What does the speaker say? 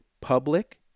Public